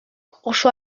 oso